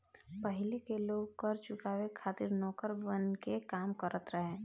पाहिले के लोग कर चुकावे खातिर नौकर बनके काम करत रहले